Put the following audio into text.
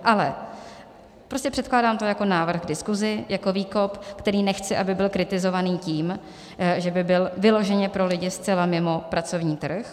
Ale prostě předkládám to jako návrh k diskusi, jako výkop, který nechci, aby byl kritizovaný tím, že by byl vyloženě pro lidi zcela mimo pracovní trh.